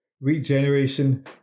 regeneration